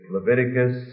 Leviticus